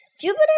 Jupiter